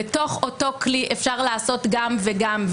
בתוך אותו כלי אפשר לעשות גם וגם,